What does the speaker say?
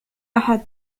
أحد